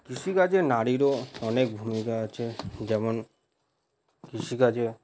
কৃষিকাজে নারীরও অনেক ভূমিকা আছে যেমন কৃষিকাজে